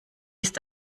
ist